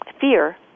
fear